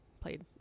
played